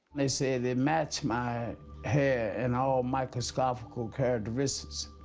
they said they matched my hair in all microscopical characteristics.